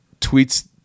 tweets